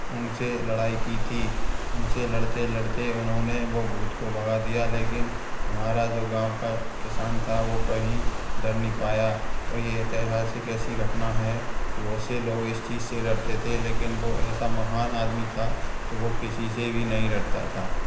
उनसे लड़ाई की थी उनसे लड़ते लड़ते उन्होंने वो भूत को भगा दिया लेकिन हमारा जो गाँव का किसान था वो कभी डर नहीं पाया यह ऐतिहासिक ऐसी घटना है कि बहुत से लोग इस चीज़ से लड़ते थे लेकिन वो ऐसा महान आदमी था तो वो किसी से भी नहीं डरता था